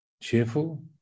Cheerful